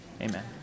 amen